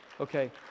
Okay